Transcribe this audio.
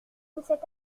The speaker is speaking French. cet